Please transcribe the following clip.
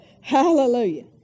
Hallelujah